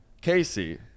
casey